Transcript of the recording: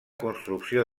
construcció